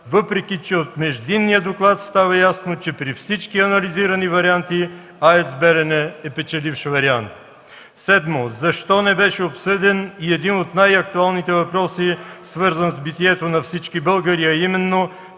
въпреки че от междинния доклад става ясно, че от всички анализирани варианти, АЕЦ „Белене” е печеливш вариант? Седмо, защо не беше обсъден и един от най-актуалните въпроси, свързан с битието на всички българи, а именно